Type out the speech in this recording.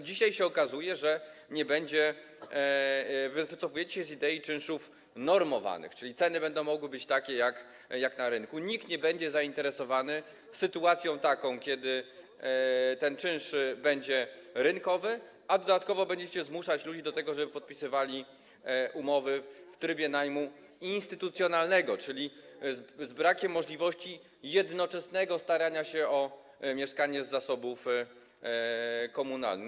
Dzisiaj się okazuje, że tak nie będzie, wycofujecie się z idei czynszów normowanych, czyli ceny będą mogły być takie jak na rynku, nikt nie będzie zainteresowany sytuacją taką, kiedy ten czynsz będzie rynkowy, a dodatkowo będziecie zmuszać ludzi do tego, żeby podpisywali umowy w trybie najmu instytucjonalnego, czyli z brakiem możliwości jednoczesnego starania się o mieszkanie z zasobów komunalnych.